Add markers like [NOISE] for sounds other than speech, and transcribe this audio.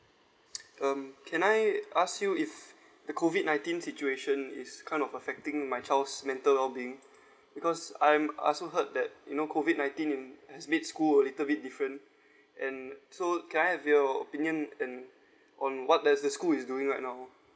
[NOISE] um can I ask you if the COVID nineteen situation is kind of affecting my child's mental wellbeing because I'm I also heard that you know COVID nineteen in has made school a little bit different and so can I have your opinion and on what that's the school is doing right now